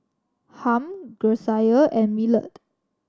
Harm Grecia and Millard